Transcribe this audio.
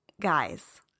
guys